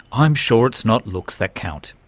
i'm sure it's not looks that count.